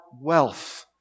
wealth